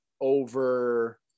over